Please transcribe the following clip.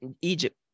Egypt